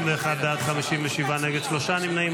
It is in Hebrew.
51 בעד, 57 נגד, שלושה נמנעים.